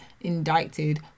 indicted